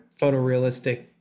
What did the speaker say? photorealistic